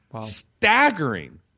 staggering